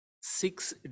six